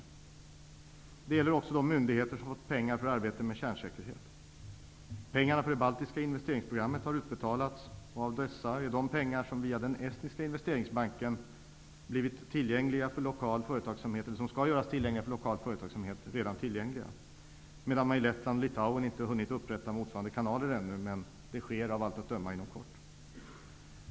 Det gäller också de myndigheter som fått pengar för arbete med kärnsäkerhet. Pengarna för det baltiska investeringsprogrammet har utbetalats, och av dessa är de pengar som via den estniska investeringsbanken skall göras tillgängliga för lokal företagsamhet redan tillgängliga, medan man i Lettland och Litauen inte hunnit upprätta motsvarande kanaler ännu; det sker av allt att döma inom kort.